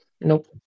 Nope